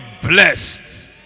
blessed